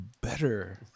better